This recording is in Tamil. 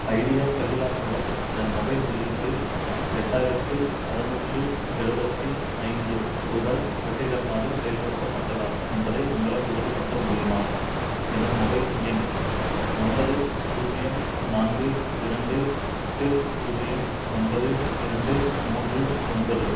ஐடியா செல்லுலார் மூலம் எனது மொபைல் பில்லுக்கு எட்டாயிரத்தி ஆறநூற்று எழுபத்தி ஐந்து ரூபாய் வெற்றிகரமாகச் செயல்ப்படுத்தப்பட்டதா என்பதை உங்களால் உறுதிப்படுத்த முடியுமா எனது மொபைல் எண் ஒன்பது பூஜ்ஜியம் நான்கு இரண்டு எட்டு பூஜ்ஜியம் ஒன்பது இரண்டு மூன்று ஒன்பது